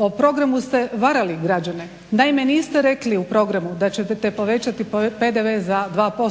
o programu ste varali građane. Naime, niste rekli u programu da ćete povećati PDV za 2%,